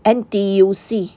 N_T_U_C